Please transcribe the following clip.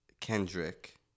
Kendrick